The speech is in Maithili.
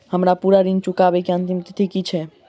हम्मर पूरा ऋण चुकाबै केँ अंतिम तिथि की छै?